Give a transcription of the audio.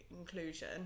inclusion